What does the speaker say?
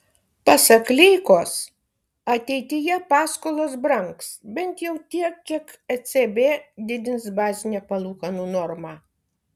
pasak leikos ateityje paskolos brangs bent jau tiek kiek ecb didins bazinę palūkanų normą